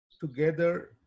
together